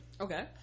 Okay